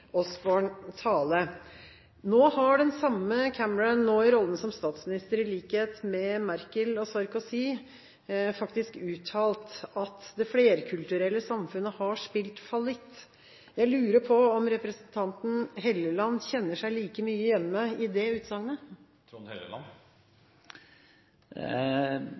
tale. Nå har den samme Cameron, nå i rollen som statsminister, i likhet med Merkel og Sarkozy, faktisk uttalt at det flerkulturelle samfunnet har spilt fallitt. Jeg lurer på om representanten Helleland kjenner seg like mye hjemme i det utsagnet?